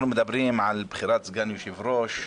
מדברים על בחירת סגן יושב-ראש,